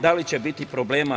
Da li će biti problema?